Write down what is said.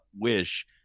wish